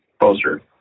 poster